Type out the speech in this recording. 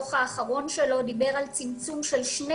בדוח האחרון שלו הוא דיבר על צמצום של שני